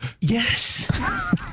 Yes